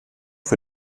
für